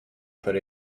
put